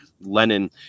Lenin